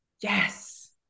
Yes